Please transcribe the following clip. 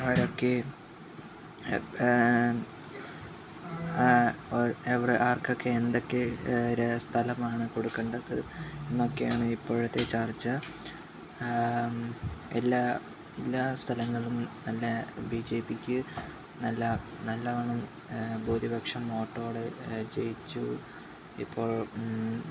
ആരൊക്കെ എവിടെ ആര്ക്കൊക്കെ എന്തൊക്കെ സ്ഥലമാണ് കൊടുക്കേണ്ടത് എന്നൊക്കെയാണ് ഇപ്പോഴത്തെ ചര്ച്ച എല്ലാ എല്ലാ സ്ഥലങ്ങളിലും തന്നെ ബി ജെ പിക്ക് നല്ല നല്ലവണ്ണം ഭൂരിപക്ഷം വോട്ടോടെ ജയിച്ചു ഇപ്പോള്